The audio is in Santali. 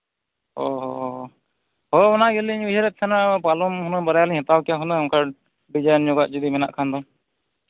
ᱦᱚᱸ ᱚᱱᱟ ᱜᱮᱞᱤᱧ ᱩᱭᱦᱟᱹᱨᱮᱫ ᱛᱟᱦᱮᱱᱟ ᱯᱟᱞᱚᱝ ᱦᱩᱱᱟᱹᱝ ᱵᱟᱨᱭᱟᱞᱤᱧ ᱦᱟᱛᱟᱣ ᱠᱮᱭᱟ ᱦᱩᱱᱟᱹᱝ ᱚᱱᱠᱟ ᱰᱤᱡᱟᱭᱤᱱ ᱧᱚᱜᱟᱜ ᱢᱮᱱᱟᱜ ᱠᱷᱟᱱ ᱫᱚ